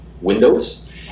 windows